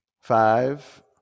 Five